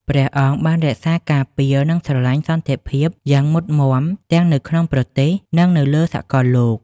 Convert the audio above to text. ព្រះអង្គបានរក្សាការពារ និងស្រឡាញ់សន្តិភាពយ៉ាងមុតមាំ ទាំងនៅក្នុងប្រទេស និងនៅលើសកលលោក។